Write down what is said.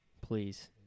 please